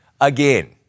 Again